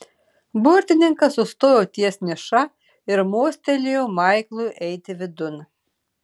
burtininkas sustojo ties niša ir mostelėjo maiklui eiti vidun